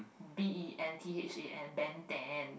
B E N T H A N Ben-Than